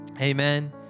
amen